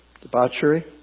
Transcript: debauchery